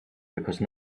because